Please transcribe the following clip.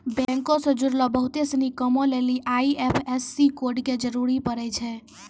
बैंको से जुड़लो बहुते सिनी कामो लेली आई.एफ.एस.सी कोड के जरूरी पड़ै छै